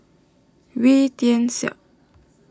Wee Tian Siak